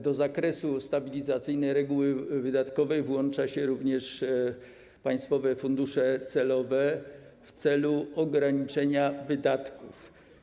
Do zakresu stabilizacyjnej reguły wydatkowej włącza się również państwowe fundusze celowe w celu ograniczenia wydatków.